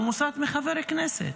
הוא מוסת מחבר כנסת,